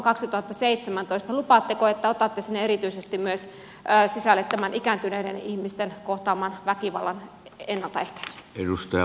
lupaatteko että otatte sinne sisälle erityisesti myös tämän ikääntyneiden ihmisten kohtaaman väkivallan ennaltaehkäisyn